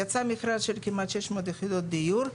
יצא מכרז של כמעט 600 יחידות דיור.